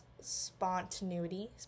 spontaneity